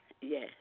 Yes